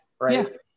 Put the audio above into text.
right